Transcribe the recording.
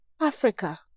Africa